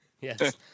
Yes